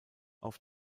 auf